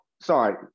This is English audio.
Sorry